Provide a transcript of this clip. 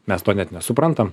mes to net nesuprantam